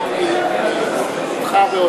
אדוני יושב-ראש הוועדה,